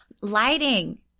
Lighting